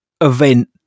event